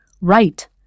right